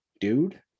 dude